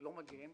לא מגיעים.